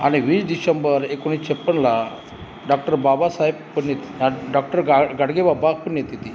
आणि वीस डिशेंबर एकोणीसशे छप्पन्नला डॉक्टर बाबासाहेब पुण्य डॉक्ट डॉक्टर गाड गाडगेबाबा पुण्यतिथी